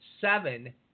seven